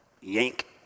yank